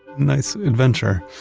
nice adventure,